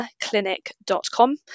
clinic.com